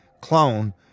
clone